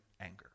anger